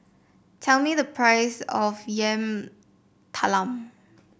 tell me the price of Yam Talam